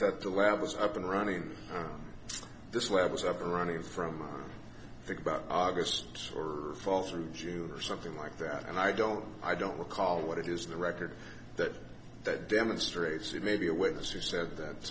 that the levels up and running this lab was up and running from i think about august or fall through june or something like that and i don't i don't recall what it is the record that that demonstrates it may be a witness who said that